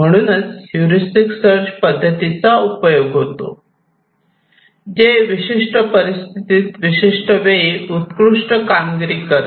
म्हणूनच heuristic search पद्धतीचा उपयोग होतो जे विशिष्ट परिस्थितीत विशिष्ट वेळी उत्कृष्ट कामगिरी करते